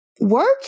work